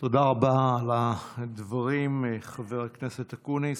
תודה רבה על הדברים, חבר הכנסת אקוניס.